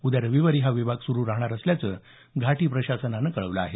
उद्या रविवारी हा विभाग सुरु राहणार असल्याचं घाटी प्रशासनानं कळवलं आहे